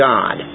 God